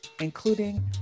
including